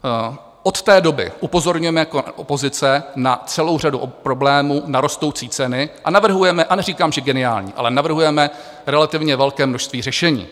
Od té doby upozorňujeme jako opozice na celou řadu problémů, na rostoucí ceny a navrhujeme, a neříkám, že geniálně, ale navrhujeme relativně velké množství řešení.